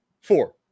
four